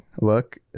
look